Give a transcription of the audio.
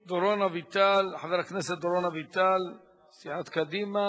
חבר הכנסת דורון אביטל מסיעת קדימה,